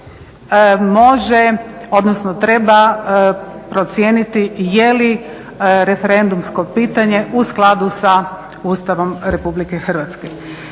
može, odnosno treba procijeniti je li referendumsko pitanje u skladu sa Ustavom Republike Hrvatske.